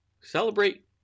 Celebrate